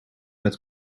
met